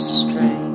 strange